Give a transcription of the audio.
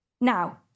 Now